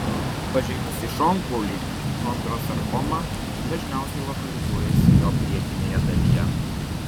pažeidusi šonkaulį chondrosarkoma dažniausiai lokalizuojasi jo priekinėje dalyje